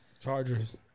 Chargers